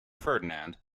ferdinand